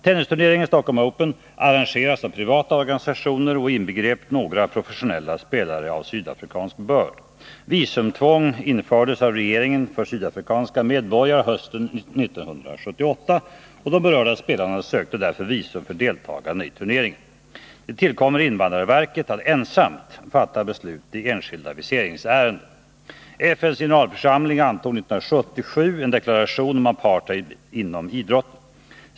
Tennisturneringen Stockholm Open arrangeras av privata organisationer och inbegrep några professionella spelare av sydafrikansk börd. Visumtvång infördes av regeringen för sydafrikanska medborgare hösten 1978, och de berörda spelarna sökte därför visum för deltagande i turneringen. Det tillkommer invandrarverket att ensamt fatta beslut i enskilda viseringsärenden. FN:s generalförsamling antog 1977 en deklaration om apartheid inom idrotten.